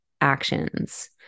actions